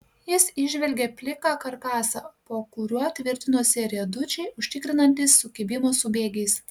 jis įžvelgė pliką karkasą po kuriuo tvirtinosi riedučiai užtikrinantys sukibimą su bėgiais